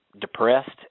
depressed